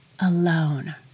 alone